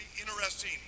interesting